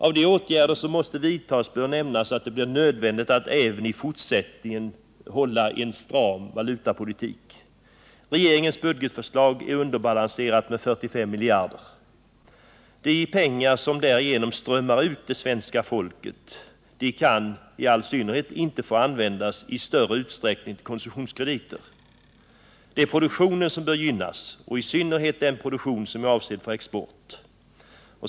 Av de åtgärder som måste vidtagas bör nämnas att det blir nödvändigt att även i fortsättningen föra en stram valutapolitik. Regeringens budgetförslag är underbalanserat med 45 miljarder. De pengar som därigenom strömmar ut till svenska folket kan absolut inte i större utsträckning få användas till konsumtionskrediter. Det är produktionen som bör gynnas och i synnerhet den produktion som är avsedd för export.